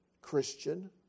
christian